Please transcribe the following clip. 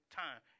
time